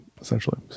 essentially